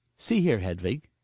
see here, hedvig.